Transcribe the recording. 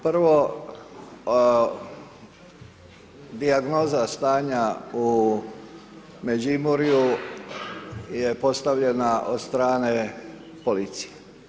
Prvo, dijagnoza stanja u Međimurju je postavljena od strane policije.